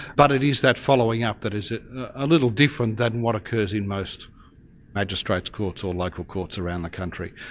but it is that following up that is a ah little different than what occurs in most magistrates courts or local courts around the country.